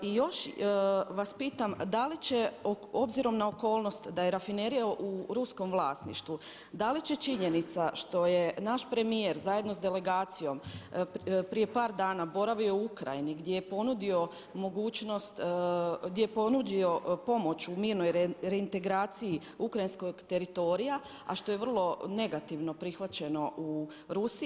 I još vas pitam da li će obzirom na okolnost da je rafinerija u ruskom vlasništvu, da li će činjenica što je naš premijer zajedno sa delegacijom prije par dana boravio u Ukrajini gdje je ponudio mogućnost, gdje je ponudio mogućnost, gdje je ponudio pomoć u mirnoj reintegraciji ukrajinskog teritorija a što je vrlo negativno prihvaćeno u Rusiji.